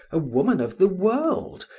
a woman of the world!